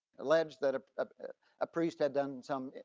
allege that a ah ah priest had done some,